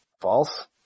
False